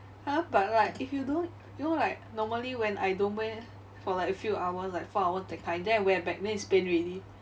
!huh! but like if you don't you know like normally when I don't wear for like a few hours like four hours that kind then I wear back then it's pain already